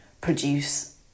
produce